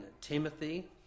Timothy